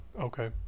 okay